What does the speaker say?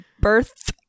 birth